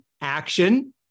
Action